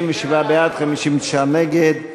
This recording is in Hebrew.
57 בעד, 59 נגד.